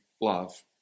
love